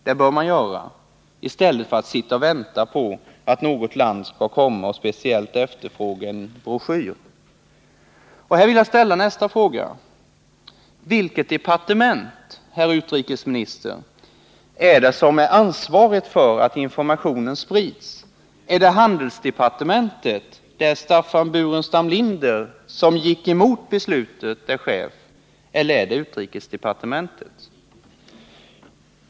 Det bör man göra, i stället för att sitta och vänta på att något land skall komma och speciellt efterfråga en broschyr. Och här vill jag ställa nästa fråga: Vilket departement, herr utrikesminister, är det som är ansvarigt för att informationen sprids? Är det handelsdepartementet, där Staffan Burenstam Linder, som gick emot beslutet, är chef? Eller är det utrikesdepartementet?